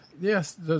Yes